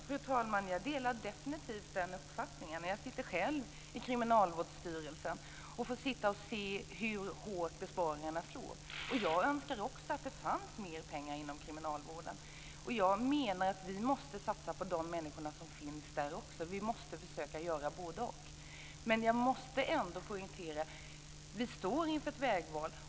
Fru talman! Jag delar definitivt den uppfattningen. Jag sitter själv i Kriminalvårdsstyrelsen och ser hur hårt besparingarna slår. Jag önskar också att det fanns mer pengar inom kriminalvården. Jag menar att vi måste satsa på de människor som finns där. Vi måste försöka göra både-och. Men jag måste ändå poängtera att vi står inför ett vägval.